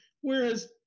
whereas